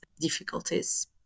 difficulties